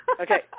Okay